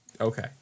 Okay